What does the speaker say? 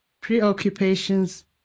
preoccupations